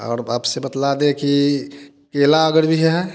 और आप से बतला दे कि केला अगर भी है